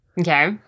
Okay